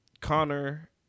Connor